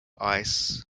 ice